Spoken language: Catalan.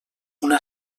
una